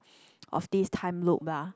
of this time loop lah